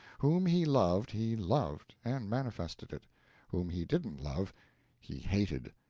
whom he loved he loved, and manifested it whom he didn't love he hated,